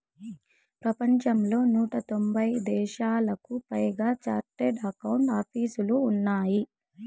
ప్రపంచంలో నూట తొంభై దేశాలకు పైగా చార్టెడ్ అకౌంట్ ఆపీసులు ఉన్నాయి